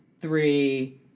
three